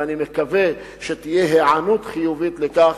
ואני מקווה שתהיה היענות חיובית לכך